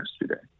yesterday